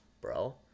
bro